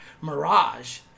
Mirage